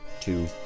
Two